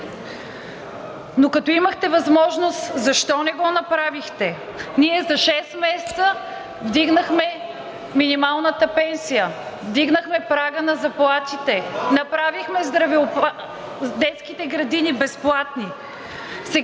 Но когато имахте възможност, защо не го направихте? Ние за шест месеца вдигнахме минималната пенсия, вдигнахме прага на заплатите, направихме детските градини безплатни.